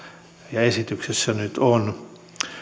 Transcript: ja esityksessä nyt on